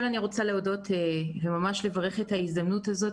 אני רוצה להודות ולברך את ההזדמנות הזאת,